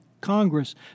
Congress